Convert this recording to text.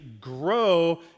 grow